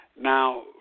Now